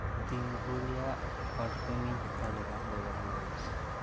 ᱫᱤᱱᱜᱷᱩᱨᱤᱭᱟᱜ perfume ᱤᱧ ᱦᱟᱛᱟᱣ ᱞᱮᱫᱟ ᱵᱮᱵᱚᱦᱟᱨ ᱞᱟᱹᱜᱤᱫ ᱛᱮ